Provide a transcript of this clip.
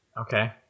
Okay